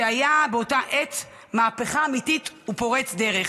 חוק שהיה באותה העת מהפכה אמיתית ופורץ דרך.